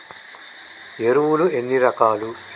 ఎరువులు ఎన్ని రకాలు?